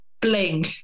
bling